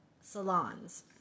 Salons